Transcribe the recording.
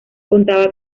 contaba